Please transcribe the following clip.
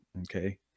okay